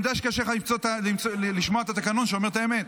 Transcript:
יודע שקשה לך לשמוע את התקנון שאומר את האמת,